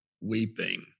weeping